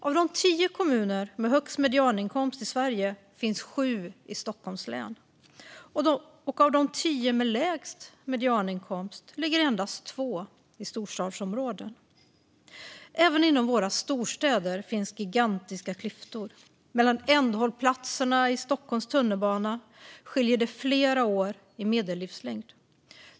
Av de tio kommuner som har högst medianinkomst i Sverige finns sju i Stockholms län, och av de tio som har lägst medianinkomst ligger endast två i storstadsområden. Även inom våra storstäder finns gigantiska klyftor. Mellan ändhållplatserna i Stockholms tunnelbana skiljer det flera år i medellivslängd.